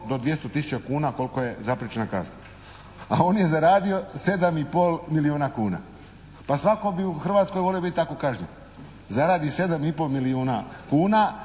do 200 tisuća kuna kolika je zapriječna kazna. A on je zaradio 7 i pol milijuna kuna. Pa svatko bi u Hrvatskoj volio biti tako kažnjen. Zaradi 7 i pol milijuna kuna